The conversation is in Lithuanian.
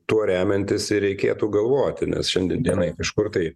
tuo remiantis ir reikėtų galvoti nes šiandien dienai kažkur tai